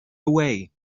away